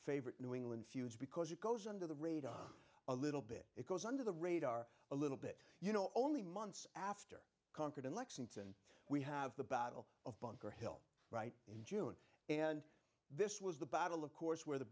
favorite new england feuds because it goes under the radar a little bit it goes under the radar a little bit you know only months after concord and lexington we have the battle of bunker hill right in june and this was the battle of course where the